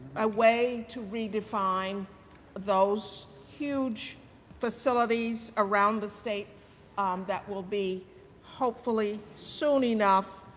a way to redefine those huge facilities around the state that will be hopefully soon enough